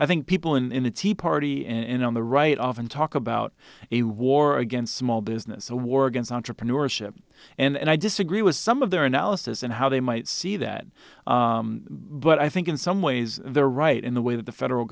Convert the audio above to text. i think people in the tea party and on the right often talk about a war against small business a war against entrepreneurship and i disagree with some of their analysis and how they might see that but i think in some ways they're right in the way that the federal